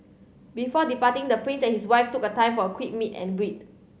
before departing the prince and his wife took a time for a quick meet and read